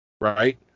Right